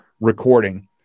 recording